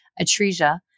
atresia